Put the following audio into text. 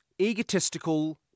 egotistical